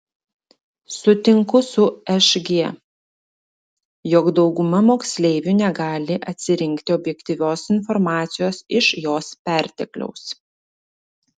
sutinku su šg jog dauguma moksleivių negali atsirinkti objektyvios informacijos iš jos pertekliaus